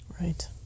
Right